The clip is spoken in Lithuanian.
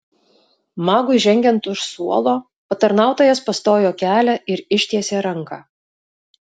magui žengiant už suolo patarnautojas pastojo kelią ir ištiesė ranką